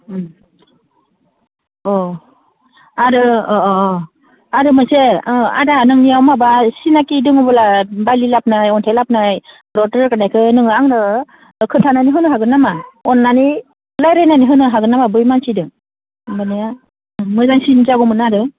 अ आरो अ अ अ आरो मोनसे आदा नोंनियाव माबा सिनाखि दोङोबोला बालि लाबोनाय अन्थाइ लाबोनाय रड रोगानायखौ नोङो आंनो खोन्थानानै होनो हागोन नामा अननानै रायज्लायनानै होनो हागोन नामा बै मानसिजों माने मोजांसिन जागौमोन आरो